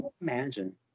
imagine